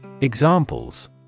Examples